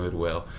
well.